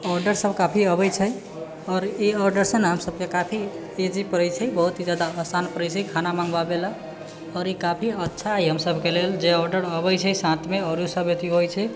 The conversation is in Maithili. ऑर्डर सब काफी आबैत छै आओर ई ऑर्डर छै ने हमसबके काफी ईजी पड़ैत छै बहुत जादा आसान पड़ैत छै खाना मङ्गबाबै ला आओर ई काफी अच्छा हइ हम सबके लेल जे ऑर्डर अबैत छै साथमे आओरो सब अथी होयत छै